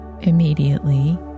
immediately